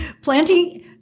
Planting